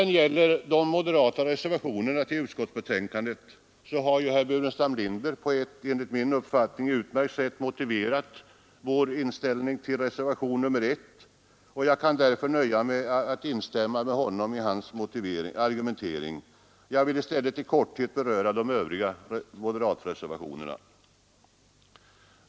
Nr 38 Herr Burenstam Linder har på ett enligt min mening utmärkt sätt Onsdagen den motiverat reservation nr 1 till utskottsbetänkandet. Jag kan därför nöja 13 mars 1974 mig med att helt instämma i hans argumentering. I stället vill jag i korthet beröra de övriga moderatreservationerna.